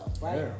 Right